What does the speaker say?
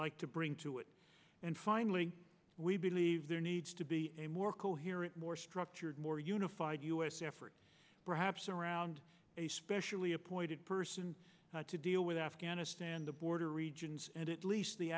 like to bring to it and finally we believe there needs to be a more coherent more structured more unified u s effort perhaps around a specially appointed person to deal with afghanistan the border regions and at least the